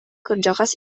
кырдьаҕас